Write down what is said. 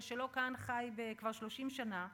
אבל שלא חי כאן כבר 30 שנה?